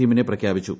ടീമിനെ പ്രഖ്യാപിച്ചു